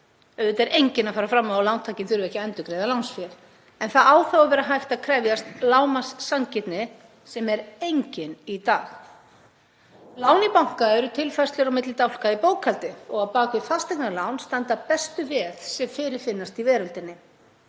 Auðvitað er enginn að fara fram á að lántakinn þurfi ekki að endurgreiða lánsfé en það á þó að vera hægt að krefjast lágmarkssanngirni sem er engin í dag. Lán í banka eru tilfærslur á milli dálka í bókhaldi og á bak við fasteignalán standa bestu veð sem fyrirfinnast í veröldinni.